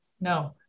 No